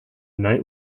night